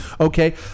Okay